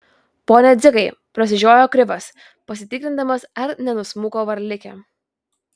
pone dzigai prasižiojo krivas pasitikrindamas ar nenusmuko varlikė